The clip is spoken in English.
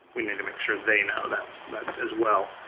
we need to make sure they know that that as well.